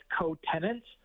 co-tenants